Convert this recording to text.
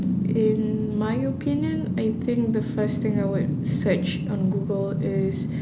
in my opinion I think the first thing I would search on google is